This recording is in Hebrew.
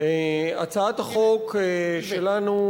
הצעת החוק שלנו,